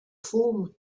form